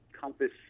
Compass